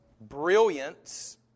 brilliance